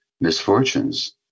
misfortunes